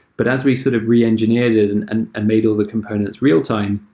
but as we sort of reengineered it and and made all the components real-time,